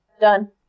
done